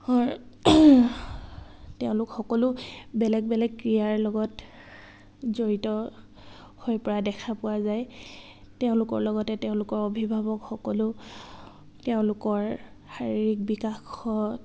তেওঁলোক সকলো বেলেগ বেলেগ ক্ৰীড়াৰ লগত জড়িত হৈ পৰা দেখা পোৱা যায় তেওঁলোকৰ লগতে তেওঁলোকৰ অভিভাৱক সকলো তেওঁলোকৰ শাৰীৰিক বিকাশত